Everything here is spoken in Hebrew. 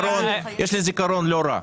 יש לי זיכרון לא רע,